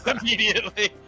immediately